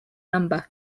number